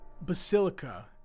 basilica